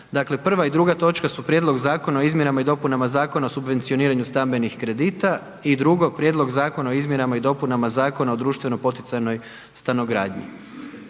Dakle prva i druga točka su Prijedlog Zakona o izmjenama i dopunama Zakona o subvencioniranju stambenih kredita, prvo čitanje i drugo, Prijedlog Zakona o izmjenama i dopunama Zakona o društveno poticajnoj stanogradnji.